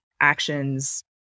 actions